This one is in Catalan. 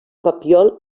papiol